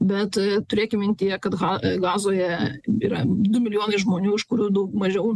bet turėkim mintyje kad ha gazoje yra du milijonai žmonių iš kurių daug mažiau